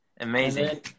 Amazing